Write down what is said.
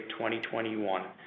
2021